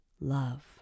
love